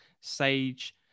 Sage